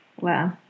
Wow